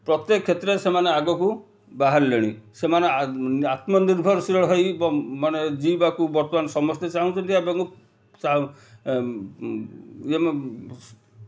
ପ୍ରତ୍ୟେକ କ୍ଷେତ୍ରରେ ସେମାନେ ଆଗକୁ ବାହାରିଲେଣି ସେମାନେ ଆତ୍ମନିର୍ଭରଶୀଳ ହୋଇ ମାନେ ଜୀଇବାକୁ ବର୍ତ୍ତମାନ ସମସ୍ତେ ଚାହୁଁଛନ୍ତି ଏବଂ